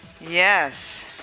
yes